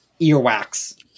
earwax